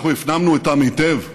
אנחנו הפנמנו אותם היטב,